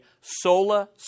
sola